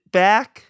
back